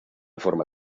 forma